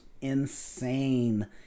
insane